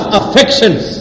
affections